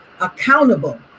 accountable